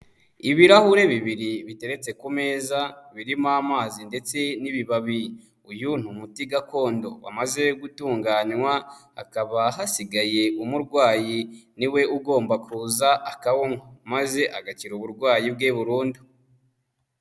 Ibirahure bibiri biteretse ku meza birimo amazi ndetse n'ibibabi, uyu ni umuti gakondo wamaze gutunganywa; hakaba hasigaye umurwayi ni we ugomba kuza akawunywa maze agakira uburwayi bwe burundu.